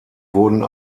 wurden